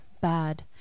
bad